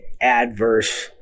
adverse